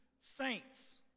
saints